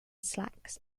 slacks